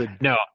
no